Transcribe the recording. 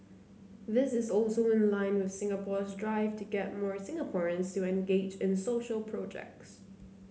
this is also in line with Singapore's drive to get more Singaporeans to engage in social projects